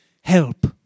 help